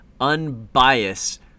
unbiased